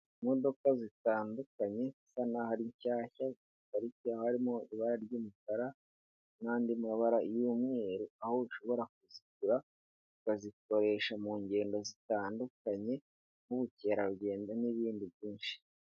Imodoka zitandukanye bisa nk'aho ari nshyashya ziparitse, harimo ibara ry'umukara n'andi mabara y'umweru, aho ushobora kuzigura ukazikoresha mu ngendo zitandukanye, nk'ubukerarugendo n'ibindi byinshi.